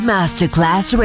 Masterclass